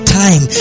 time